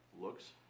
looks